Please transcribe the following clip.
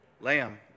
Lamb